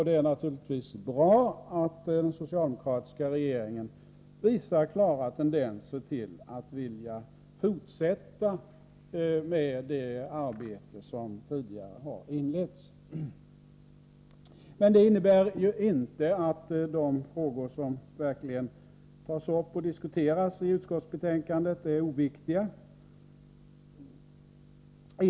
Det är naturligtvis bra att den socialdemokratiska regeringen visar klara tendenser till att vilja fortsätta det arbete som tidigare har inletts. Men detta innebär ju inte att de frågor som verkligen tas upp och diskuteras i utskottsbetänkandet är oviktiga.